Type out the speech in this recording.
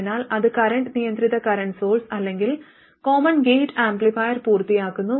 അതിനാൽ അത് കറന്റ് നിയന്ത്രിത കറന്റ് സോഴ്സ് അല്ലെങ്കിൽ കോമൺ ഗേറ്റ് ആംപ്ലിഫയർ പൂർത്തിയാക്കുന്നു